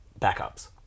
backups